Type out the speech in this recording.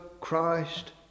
Christ